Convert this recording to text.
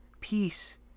peace